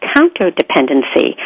Counterdependency